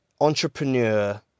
entrepreneur